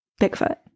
Bigfoot